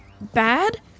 bad